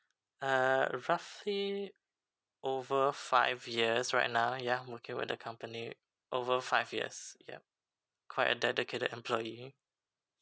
uh roughly over five years right now yeah I'm working with the company over five years yup quite a dedicated employee